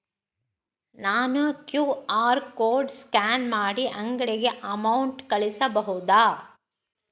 ನಾನು QR code scan ಮಾಡಿ ಅಂಗಡಿಗೆ ಅಮೌಂಟ್ ಕಳಿಸಬಹುದಾ?